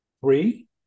Three